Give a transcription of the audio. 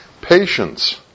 patience